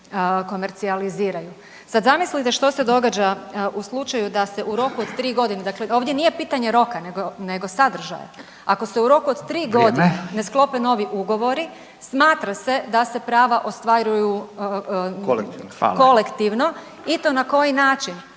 komercijaliziraju. Sad zamislite što se događa u slučaju da se u roku od 3 godine, dakle ovdje nije pitanje roka nego sadržaja, ako se u roku od 3 godine …/Upadica: Vrijeme./… ne sklope novi ugovori smatra se da se prava ostvaruju kolektivno i to na koji način